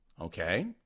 okay